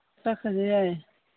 ꯆꯠꯈ꯭ꯔꯁꯨ ꯌꯥꯏꯌꯦ